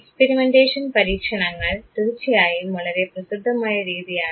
experimentation പരീക്ഷണങ്ങൾ തീർച്ചയായും വളരെ പ്രസിദ്ധമായ രീതിയാണ്